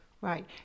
Right